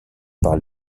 par